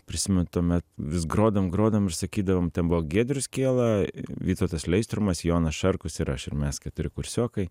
prisimenu tuomet vis grodavom grodavom ir sakydavom ten buvo giedrius kiela vytautas leistrumas jonas šarkus ir aš ir mes keturi kursiokai